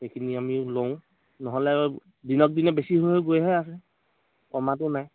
সেইখিনি আমি লওঁ নহ'লে দিনক দিনে বেছি হৈ হৈ গৈহে আছে কমাতো নাই